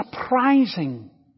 surprising